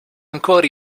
ancora